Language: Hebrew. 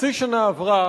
חצי שנה עברה